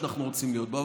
אבל אתם עושים את זה.